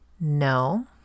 No